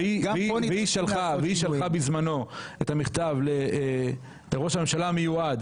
היא שלחה בזמנו את המכתב לראש הממשלה המיועד